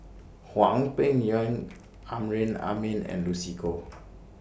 Hwang Peng Yuan Amrin Amin and Lucy Koh